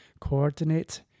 coordinate